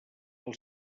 pel